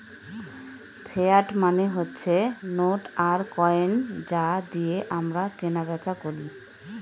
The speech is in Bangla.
ফিয়াট মানে হচ্ছে নোট আর কয়েন যা দিয়ে আমরা কেনা বেচা করি